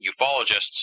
ufologists